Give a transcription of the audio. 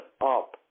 up